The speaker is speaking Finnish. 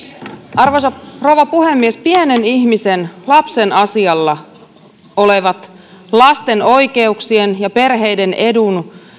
arvoisa rouva puhemies kaikki pienen ihmisen lapsen asialla olevat lasten oikeuksia ja perheiden